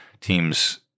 teams –